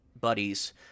buddies